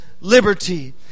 liberty